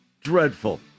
Dreadful